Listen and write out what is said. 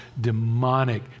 demonic